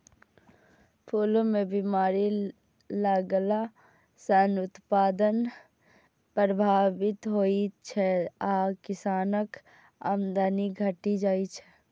फूल मे बीमारी लगला सं उत्पादन प्रभावित होइ छै आ किसानक आमदनी घटि जाइ छै